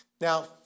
Now